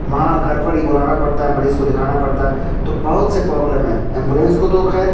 وہاں گھر پر ہی بلانا پڑتا ہے مریض کو دکھانا پڑتا ہے تو بہت سے پرابلم ہیں ایمبولینس کو تو خیر